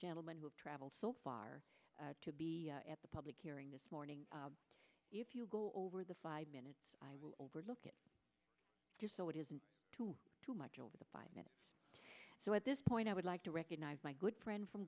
gentleman who traveled so far to be at the public hearing this morning if you go over the five minutes i will overlook it so it isn't too much over the five minutes so at this point i would like to recognize my good friend from